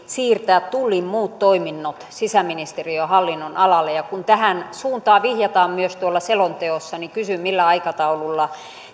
siirtää tullin muut toiminnot sisäministeriön hallinnonalalle kun tähän suuntaan vihjataan myös tuolla selonteossa niin kysyn millä aikataululla